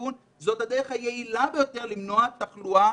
הדרך היעילה ביותר למנוע תחלואה